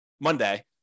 monday